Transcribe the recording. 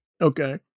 Okay